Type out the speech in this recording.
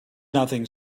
nothing